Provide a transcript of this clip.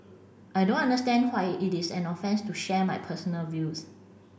I don't understand why it is an offence to share my personal views